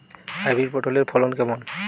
Hybrid পটলের ফলন কেমন?